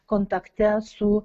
kontakte su